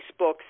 Facebook